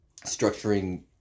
structuring